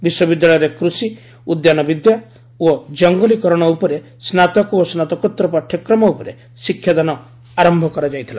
ବିଶ୍ୱବିଦ୍ୟାଳୟରେ କୃଷି ଉଦ୍ୟାନ ବିଦ୍ୟା ଓ ଜଙ୍ଗଲୀକରଣ ଉପରେ ସ୍ନାତକ ଓ ସ୍ନାତକୋତ୍ତର ପାଠ୍ୟକ୍ରମ ଉପରେ ଶିକ୍ଷାଦାନ ଆରମ୍ଭ କରାଯାଇଥିଲା